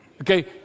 Okay